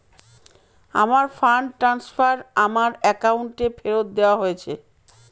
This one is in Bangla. আমার ফান্ড ট্রান্সফার আমার অ্যাকাউন্টে ফেরত দেওয়া হয়েছে